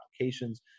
applications